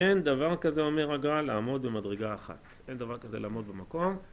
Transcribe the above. אין דבר כזה אומר הגרא לעמוד במדרגה אחת, אין דבר כזה לעמוד במקום